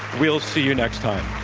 we'll see you next time.